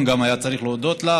בבקשה, אדוני.